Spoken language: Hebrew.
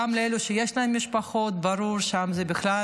גם לאלה שיש להם משפחות, ברור, שם בכלל